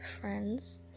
friends